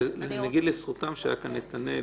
אגיד לזכותם שהיה כאן נתנאל